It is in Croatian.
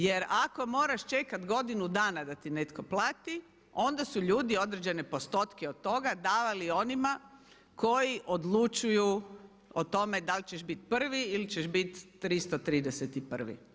Jer ako moraš čekati godinu dana da ti netko plati onda su ljudi određene postotke od toga davali onima koji odlučuju o tome da li ćeš biti prvi ili ćeš biti 331.